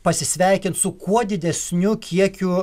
pasisveikint su kuo didesniu kiekiu